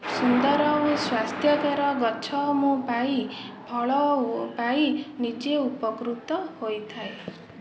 ସୁନ୍ଦର ଓ ସ୍ୱାସ୍ଥ୍ୟକର ଗଛ ମୁଁ ପାଇ ଫଳ ଓ ପାଇ ନିଜେ ଉପକୃତ ହୋଇଥାଏ